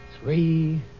three